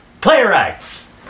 Playwrights